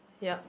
ya